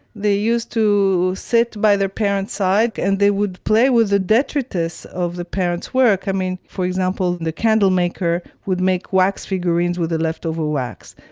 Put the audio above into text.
they used to sit by their parents' side and they would play with the detritus of the parents' work. i mean, for example, the candle maker would make wax figurines with the leftover wax.